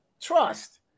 trust